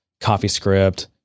CoffeeScript